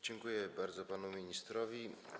Dziękuję bardzo panu ministrowi.